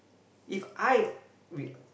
If I we